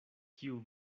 kiu